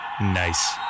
Nice